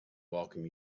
welcome